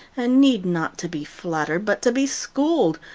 and need not to be flattered, but to be schooled.